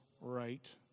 right